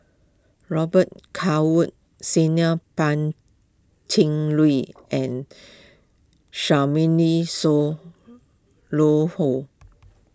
Robet Carr Woods Senior Pan Cheng Lui and Charmaine